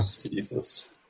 Jesus